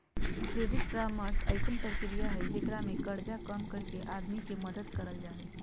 credit परामर्श अइसन प्रक्रिया हइ जेकरा में कर्जा कम करके आदमी के मदद करल जा हइ